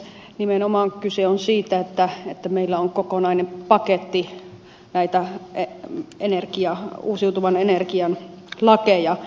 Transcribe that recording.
nimenomaan kyse on siitä että meillä on kokonainen paketti näitä uusiutuvan energian lakeja